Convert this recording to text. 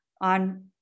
on